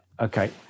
Okay